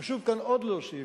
חשוב כאן עוד להוסיף,